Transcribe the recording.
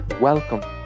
Welcome